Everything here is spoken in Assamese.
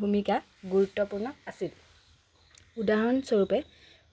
ভূমিকা গুৰুত্বপূৰ্ণ আছিল উদাহৰণস্বৰূপে